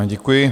Děkuji.